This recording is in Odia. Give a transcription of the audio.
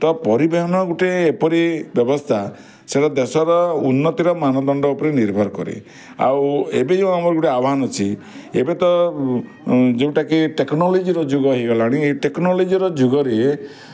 ତ ପରିବହନ ଗୋଟେ ଏପରି ବ୍ୟବସ୍ଥା ସେଟା ଦେଶର ଉନ୍ନତିର ମାନଦଣ୍ଡ ଉପରେ ନିର୍ଭର କରେ ଆଉ ଏବେ ଯେଉଁ ଆମର ଗୋଟେ ଆହ୍ୱାନ ଅଛି ଏବେ ତ ଯେଉଁଟାକି ଟେକ୍ନୋଲୋଜିର ଯୁଗ ହୋଇଗଲାଣି ଏଇ ଟେକ୍ନୋଲୋଜିର ଯୁଗରେ